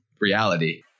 reality